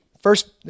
First